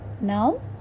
now